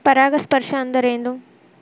ಪರಾಗಸ್ಪರ್ಶ ಅಂದರೇನು?